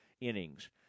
innings